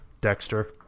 Dexter